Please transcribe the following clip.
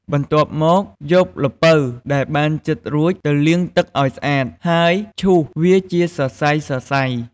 បន្ទាប់មកយកល្ពៅដែលបានចិតរួចទៅលាងទឹកឲ្យស្អាត ហើយឈូសវាជាសរសៃៗ។